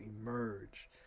emerge